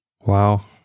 Wow